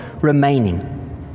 remaining